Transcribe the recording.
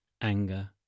anger